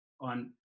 on